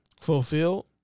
fulfilled